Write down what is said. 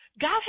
God